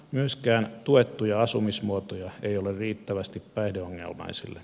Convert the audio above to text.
myöskään tuettuja asumismuotoja ei ole riittävästi päihdeongelmaisille